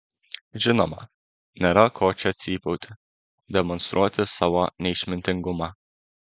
žinoma nėra ko čia cypauti demonstruoti savo neišmintingumą